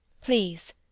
please